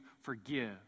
forgive